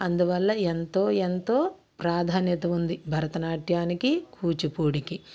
అందువల్ల ఎంతో ఎంతో ప్రాధాన్యత ఉంది భరతనాట్యానికి కూచిపూడికి